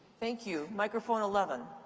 thank you. microphone eleven.